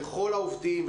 לכל העובדים,